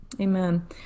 amen